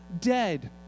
dead